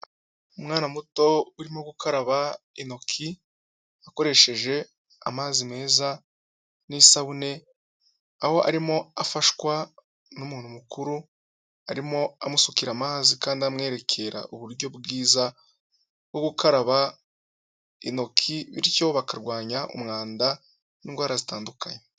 Umwana muto urimo gukaraba intoki akoresheje amazi meza n'isabune, aho arimo afashwa n'umuntu mukuru arimo amusukira amazi kandi amwerekera uburyo bwiza bwo gukaraba intoki, bityo bakarwanya umwanda n'indwara zitandukanye.